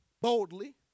boldly